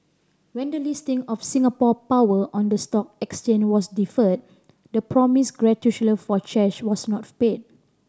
when the listing of Singapore Power on the stock exchange was deferred the promised for shares was not paid